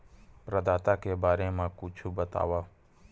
प्रदाता के बारे मा कुछु बतावव?